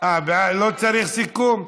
לא צריך סיכום?